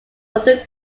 arthur